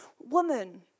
woman